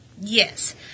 Yes